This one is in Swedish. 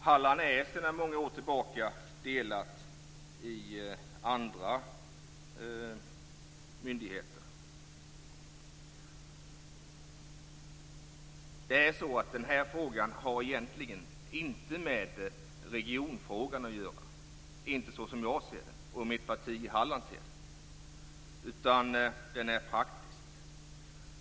Halland är sedan många år tillbaka delat när det gäller andra myndigheter. Den här frågan har egentligen inte med regionfrågan att göra, åtminstone inte som jag och och de andra i mitt parti i Halland ser saken, utan den är praktisk.